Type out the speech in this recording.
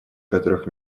которых